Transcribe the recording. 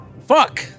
Fuck